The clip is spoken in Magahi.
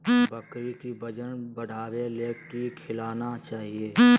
बकरी के वजन बढ़ावे ले की खिलाना चाही?